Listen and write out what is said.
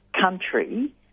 country